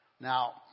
Now